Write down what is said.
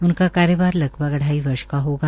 उनका कार्यभार लगभग ाई वर्ष का होगा